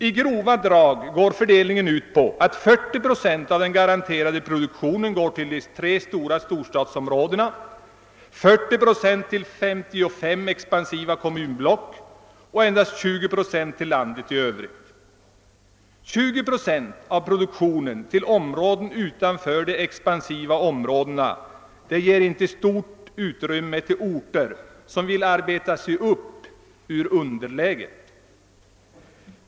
I grova drag går fördelningen ut på att 40 procent av den garanterade produktionen går till de tre storstadsområdena, 40 procent till 55 expansiva kommunblock och endast 20 procent till landet i övrigt. 20 procent av produktionen till områden utanför de expansiva ger inte stort utrymme till orter som vill arbeta sig upp ur underläget.